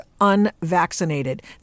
unvaccinated